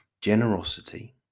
Generosity